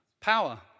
power